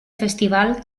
festival